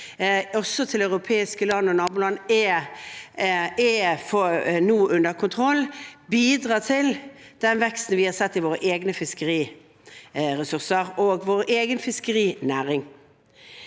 også til europeiske land og naboland nå er under kontroll, bidrar til den veksten vi har sett i våre egne fiskeriressurser og vår egen fiskerinæring.